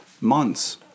Months